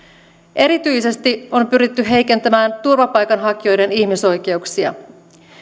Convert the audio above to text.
erityisesti on pyritty heikentämään turvapaikanhakijoiden ihmisoikeuksia